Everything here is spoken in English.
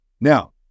Now